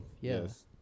Yes